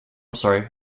sorry